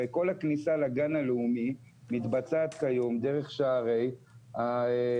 הרי כל הכניסה לגן הלאומי מתבצעת כיום דרך שערי היישוב.